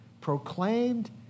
proclaimed